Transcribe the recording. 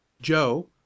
joe